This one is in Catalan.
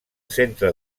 centre